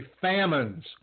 famines